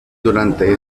durante